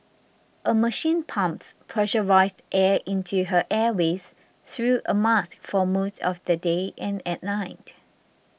a machine pumps pressurised air into her airways through a mask for most of the day and at night